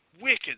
wicked